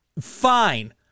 Fine